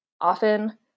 often